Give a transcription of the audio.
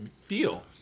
feel